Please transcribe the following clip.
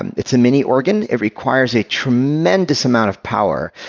and it's a mini-organ it requires a tremendous amount of power.